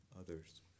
Others